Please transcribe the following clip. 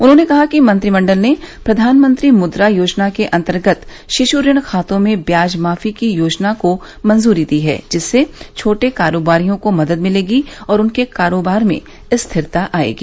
उन्होंने कहा कि मंत्रिमंडल ने प्रधानमंत्री मुद्रा योजना के अंतर्गत शिशु ऋण खातोमें ब्याज माफी की योजना को मंजूरी दी हैजिससे छोटे कारोबारियों को मदद मिलेगी और उनके कारोबार मेंस्थिरता आएगी